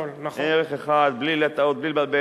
ערך אחד, בלי לבלבל.